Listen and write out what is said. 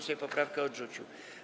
Sejm poprawkę odrzucił.